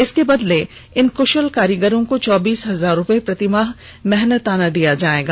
इसके बदले इन क्षल कारीगरों को चौबीस हजार रूपये प्रतिमाह मेहनताना दिया जायेगा